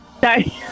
Sorry